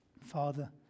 Father